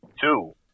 Two